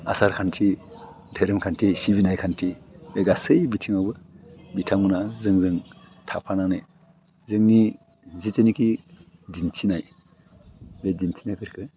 आसार खान्थि दोरोंखान्थि सिबिनाय खान्थि बे गासै बिथिङावबो बिथांमोना जोंजों थाफानानै जोंनि जिथिनाखि दिन्थिनाय बे दिन्थिनायफोरखो